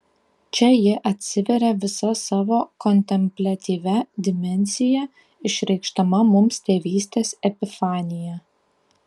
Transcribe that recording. čia ji atsiveria visa savo kontempliatyvia dimensija išreikšdama mums tėvystės epifaniją